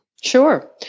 sure